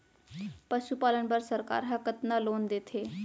पशुपालन बर सरकार ह कतना लोन देथे?